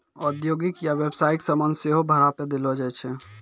औद्योगिक या व्यवसायिक समान सेहो भाड़ा पे देलो जाय छै